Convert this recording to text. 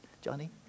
Johnny